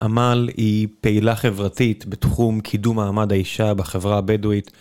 אמאל היא פעילה חברתית בתחום קידום מעמד האישה בחברה הבדואית.